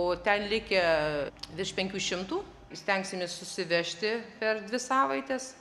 o ten likę virš penkių šimtų stengsimės susivežti per dvi savaites